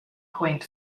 point